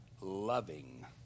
loving